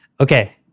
Okay